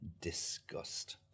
disgust